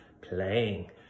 playing